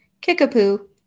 Kickapoo